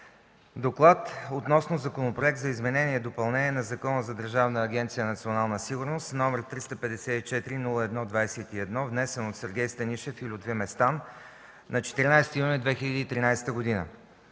„ДОКЛАД Относно Законопроект за изменение и допълнение на Закона за Държавна агенция „Национална сигурност”, № 354-01-21, внесен от Сергей Станишев и Лютви Местан на 14 юни 2013 г.